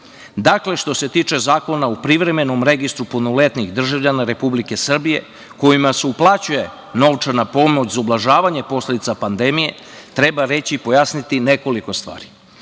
dinara. Dakle, što se tiče Zakona o privremenom registru punoletnih državljana Republike Srbije kojima se uplaćuje novčana pomoć za ublažavanje posledica pandemije treba reći i pojasniti nekoliko stvari.